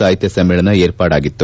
ಸಾಹಿತ್ಯ ಸಮ್ನೇಳನ ಏರ್ಪಾಡಾಗಿತ್ತು